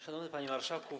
Szanowny Panie Marszałku!